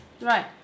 Right